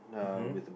mmhmm